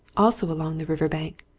also along the river bank.